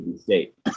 state